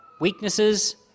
weaknesses